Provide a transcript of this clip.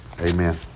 Amen